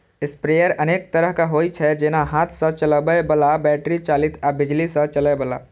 sprayer अनेक तरहक होइ छै, जेना हाथ सं चलबै बला, बैटरी चालित आ बिजली सं चलै बला